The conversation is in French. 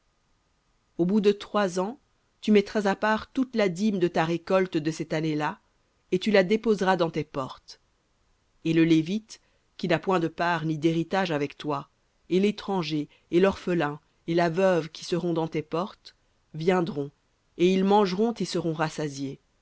au bout de trois ans tu mettras à part toute la dîme de ta récolte de cette année-là et tu la déposeras dans tes portes et le lévite qui n'a point de part ni d'héritage avec toi et l'étranger et l'orphelin et la veuve qui seront dans tes portes viendront et ils mangeront et seront rassasiés